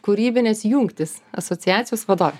kūrybinės jungtys asociacijos vadovė